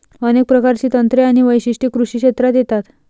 अनेक प्रकारची तंत्रे आणि वैशिष्ट्ये कृषी क्षेत्रात येतात